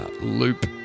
loop